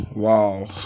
Wow